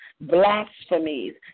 blasphemies